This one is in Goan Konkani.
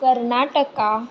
कर्नाटका